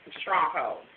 stronghold